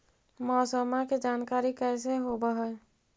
मौसमा के जानकारी कैसे होब है?